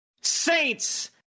Saints